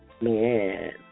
Man